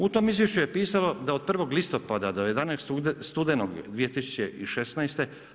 U tome izvješću je pisalo da od 1. listopada do 11. studenog 2016.